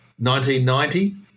1990